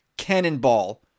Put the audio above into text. cannonball